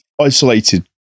isolated